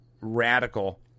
radical